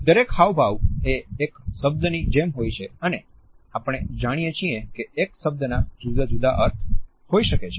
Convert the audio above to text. દરેક હાવભાવ એ એક શબ્દની જેમ હોય છે અને આપણે જાણીએ છીએ કે એક શબ્ ના જુદા જુદા અર્થ હોઈ શકે છે